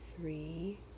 three